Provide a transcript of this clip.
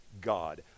God